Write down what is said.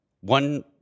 One